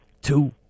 two